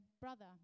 brother